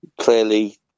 clearly